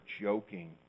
joking